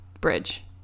Bridge